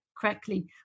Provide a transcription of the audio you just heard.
correctly